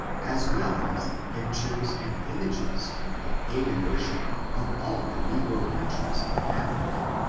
as well as the pictures and images of the pagan worship of all the negro countries in africa,